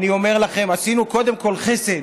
אני אומר לכם: עשינו קודם כול חסד